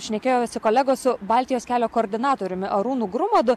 šnekėjosi kolegos su baltijos kelio koordinatoriumi arūnu grumadu